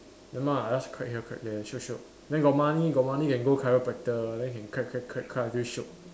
ya lah I just crack here crack there shiok shiok then got money got money can go chiropractor then can crack crack crack crack until shiok